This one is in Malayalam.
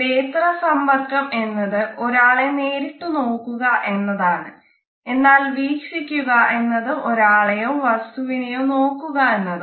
നേത്ര സമ്പർക്കം എന്നത് ഒരാളെ നേരിട്ട് നോക്കുക എന്നതാണ് എന്നാല് വീക്ഷിക്കുക എന്നത് ഒരാളെയോ വസ്തുവിനെയോ നോക്കുക എന്നതാണ്